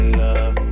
love